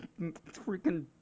Freaking